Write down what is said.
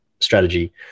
strategy